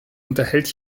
unterhält